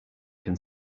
can